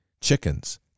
chickens